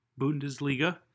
Bundesliga